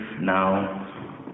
now